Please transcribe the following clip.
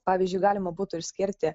pavyzdžiui galima būtų išskirti